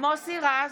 מוסי רז,